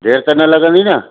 देरि त न लॻंदी न